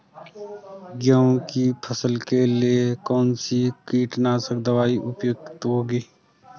गेहूँ की फसल के लिए कौन सी कीटनाशक दवा उपयुक्त होगी?